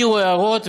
העירו הערות,